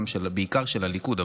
בעיקר של הליכוד,